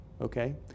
okay